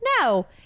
no